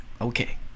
okay